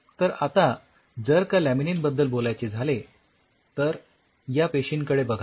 तर आता जर का लॅमिनीन बद्दल बोलायचे झाले तर या पेशींकडे बघा